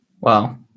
Wow